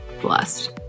Blessed